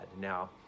Now